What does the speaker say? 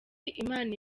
imana